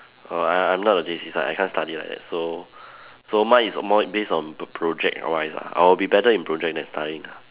err I I'm not the J_C type I can't study like that so so mine is more based on pr~ project wise ah I would be better in project than studying lah